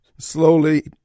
Slowly